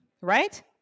right